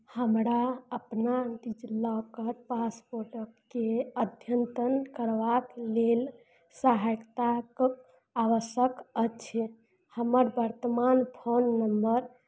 हमरा अपना लऽ कऽ पासपोटके अध्यनतन करबाक लेल सहायता कऽ आवश्यक अछि हमर वर्तमान फोन नंबर